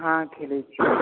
हँ खेलै छी